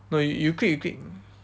no y~ you click you click